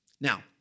Now